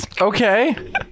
okay